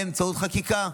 באמצעות חקיקה.